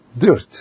Dirt